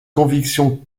convictions